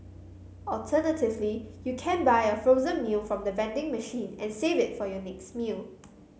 alternatively you can buy a frozen meal from the vending machine and save it for your next meal